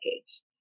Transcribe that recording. decades